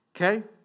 okay